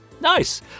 nice